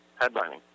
headlining